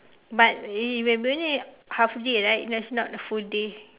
but it will be only half day right that's not the full day